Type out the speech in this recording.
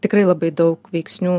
tikrai labai daug veiksnių